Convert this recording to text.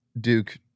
Duke